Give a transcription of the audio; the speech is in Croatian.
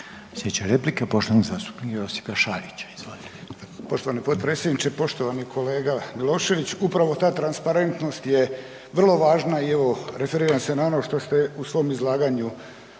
Slijedeća replika je poštovanog zastupnika Josipa Šarića. Izvolite. **Šarić, Josip (HDZ)** Poštovani potpredsjedniče, poštovani kolega Milošević, upravo ta transparentnost je vrlo važna i evo referiram se na ono što ste u svom izlaganju